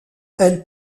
elle